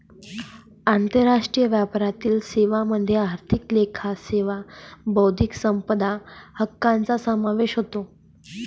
आंतरराष्ट्रीय व्यापारातील सेवांमध्ये आर्थिक लेखा सेवा बौद्धिक संपदा हक्कांचा समावेश होतो